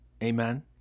Amen